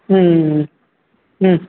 ம் ம் ம் ம்